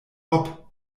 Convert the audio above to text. hop